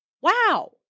Wow